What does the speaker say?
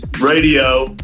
radio